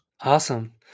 Awesome